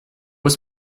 ist